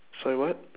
sorry what